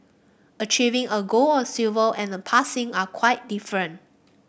achieving a gold or silver and passing are quite different